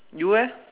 you eh